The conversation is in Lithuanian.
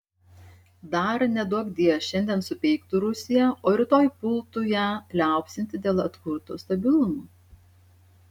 dar neduokdie šiandien supeiktų rusiją o rytoj pultų ją liaupsinti dėl atkurto stabilumo